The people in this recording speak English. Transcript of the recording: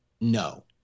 no